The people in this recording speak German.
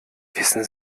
wissen